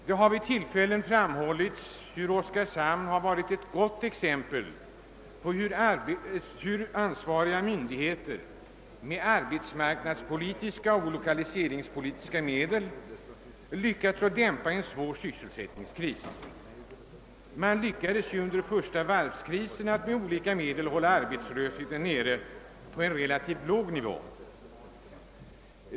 Det har vid olika tillfällen framhållits att Oskarshamn har varit ett gott exempel på hur ansvariga myndigheter med arbetsmarknadspolitiska och lokaliseringspolitiska medel kunnat dämpa en svår sysselsättningskris — man lyckades ju under den första varvskrisen med olika medel hålla arbetslösheten nere på en relativt låg nivå.